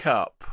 Cup